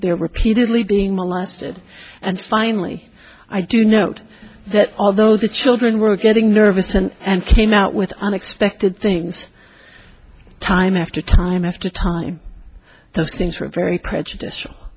were repeatedly being molested and finally i do note that although the children were getting nervous and and came out with unexpected things time after time after time those things were very prejudicial